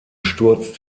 sturz